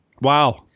wow